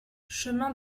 chemin